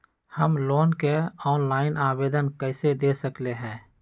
हम लोन के ऑनलाइन आवेदन कईसे दे सकलई ह?